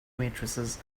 matrices